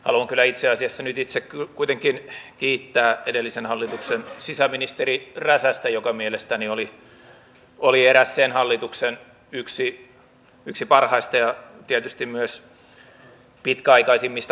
haluan kyllä itse asiassa nyt itse kuitenkin kiittää edellisen hallituksen sisäministeri räsästä joka mielestäni oli yksi sen hallituksen parhaista ja tietysti myös pitkäaikaisimmista ministereistä